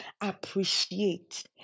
appreciate